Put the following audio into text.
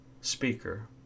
speaker